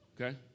Okay